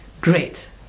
great